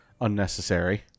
unnecessary